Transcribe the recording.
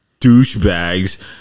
douchebags